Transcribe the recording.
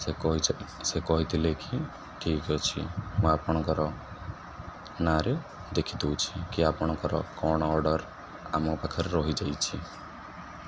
ସେ ସେ କହିଥିଲେ କି ଠିକ୍ ଅଛି ମୁଁ ଆପଣଙ୍କର ନାଁରେ ଦେଖିଦେଉଛି କି ଆପଣଙ୍କର କ'ଣ ଅର୍ଡ଼ର ଆମ ପାଖରେ ରହିଯାଇଛି